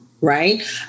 right